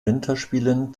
winterspielen